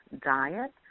diet